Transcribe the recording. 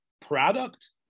product